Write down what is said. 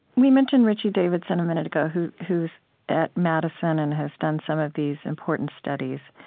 we mentioned richie davidson a minute ago, who's who's at madison and has done some of these important studies.